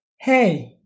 Hey